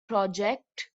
project